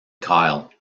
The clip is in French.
kyle